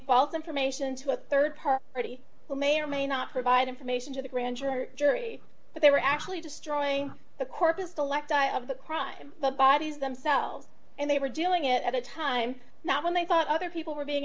false information to a rd party who may or may not provide information to the grand jury but they were actually destroying the corpus to elect i of the crime the bodies themselves and they were doing it at a time not when they thought other people were being